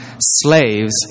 slaves